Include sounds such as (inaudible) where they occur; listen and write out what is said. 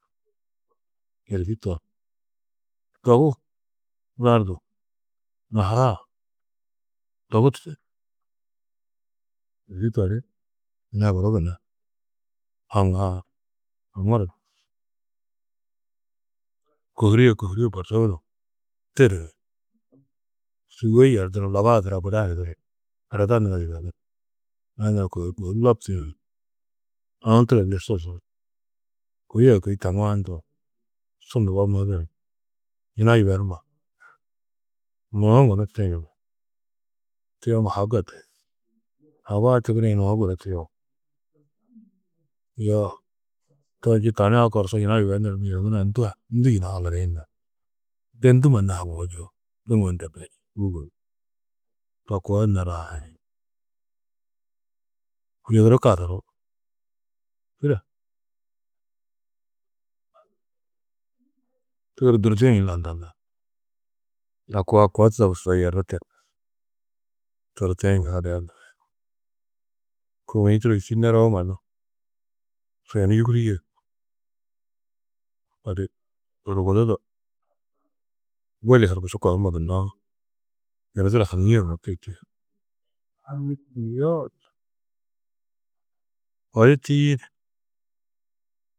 Êriši to dogu lardu naharaa dogu tided, êriši to di yina guru gunna haŋaar, haŋuru ni kohurîe kohurîe borsuu du tiri ni sûgoi yerduru labaa nura guda hiduru ni ereda nura yibenuru ni yina nura kôhuri kôhuri lobbtuyunu ni aū turo li su zod kôi a kôi taŋuã ndo su nubo mozuni yina yibenuma nuũ gunú tuyunu ni tuyoŋu haga ted, hagu-ã tigirī nuu gunú tuyuo. Yoo to nji tani a kor su yina yibenuru ni yunu nurã ndû ndû su yunu haŋirĩ nar, de ndû mannu haŋuú čuo, diŋuũ ndedu hûugo to koo ni nar (unintelligible) yudurú kazurú yire tigiri durdi-ī hi landanar a koo a koo tudogusudo yerru! Te nar, durdi-ī yuhadia na kômiĩ čî neroo mannu su yunu yugurîe odu wudu wudu du budi horkusu kohumo gunnoo yunu turo haŋîe yugó tiyi (noise) odu tîyiidi.